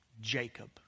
Jacob